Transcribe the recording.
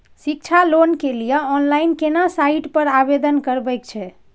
शिक्षा लोन के लिए ऑनलाइन केना साइट पर आवेदन करबैक छै?